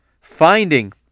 finding